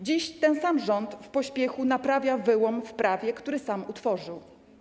Dziś ten sam rząd w pośpiechu naprawia wyłom w prawie, który sam utworzył.